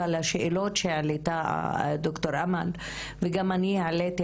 אבל השאלות שהעלתה ד"ר אמל וגם אני העליתי,